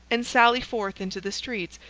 and sally forth into the streets,